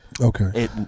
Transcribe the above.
Okay